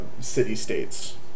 city-states